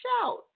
Shout